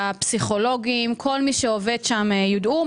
הפסיכולוגים וכל מי שעובד שם יודעו.